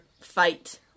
fight